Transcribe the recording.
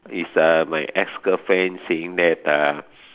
is uh my ex girlfriend saying that uh